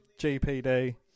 GPD